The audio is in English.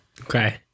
Okay